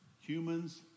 humans